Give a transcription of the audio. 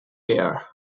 bear